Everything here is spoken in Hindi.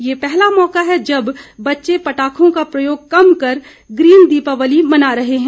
ये पहला मौका है जब बच्चे पटाखों का प्रयोग कम कर ग्रीन दीपावली मना रहे हैं